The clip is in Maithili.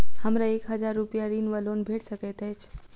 हमरा एक हजार रूपया ऋण वा लोन भेट सकैत अछि?